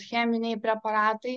cheminiai preparatai